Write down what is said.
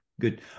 Good